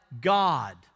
God